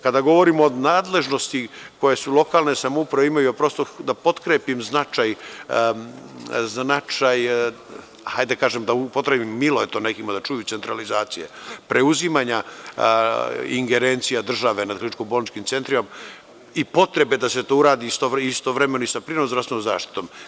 Kada govorimo o nadležnosti koje lokalne samouprave imaju, da potkrepim značaj, hajde da kažem, milo je to nekima da čuju, centralizacije, preuzimanja ingerencija države nad kliničko-bolničkim centrima i potrebe da se to uradi istovremeno i sa primarnom zdravstvenom zaštitom.